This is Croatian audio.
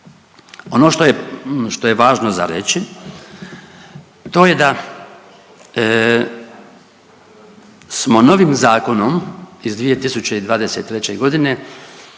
je, što je važno za reći to je da smo novim zakonom iz 2023.g.